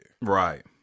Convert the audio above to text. Right